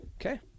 Okay